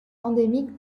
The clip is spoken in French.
endémique